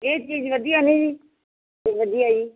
ਇਹ ਚੀਜ਼ ਵਧੀਆ ਹੈ ਜੀ ਵਧੀਆ ਜੀ